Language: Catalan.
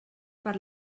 per